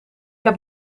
heb